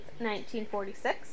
1946